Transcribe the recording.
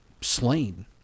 slain